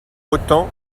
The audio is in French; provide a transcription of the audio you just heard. autant